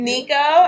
Nico